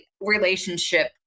relationship